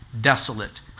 desolate